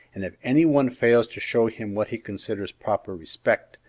and if any one fails to show him what he considers proper respect,